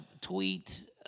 tweet